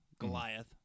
Goliath